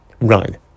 run